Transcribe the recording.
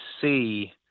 see